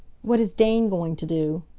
what is dane going to do?